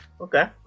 Okay